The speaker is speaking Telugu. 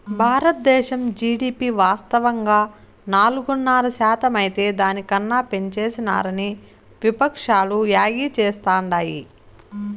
బారద్దేశం జీడీపి వాస్తవంగా నాలుగున్నర శాతమైతే దాని కన్నా పెంచేసినారని విపక్షాలు యాగీ చేస్తాండాయి